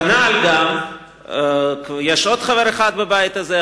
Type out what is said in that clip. כנ"ל יש עוד חבר אחד בבית הזה,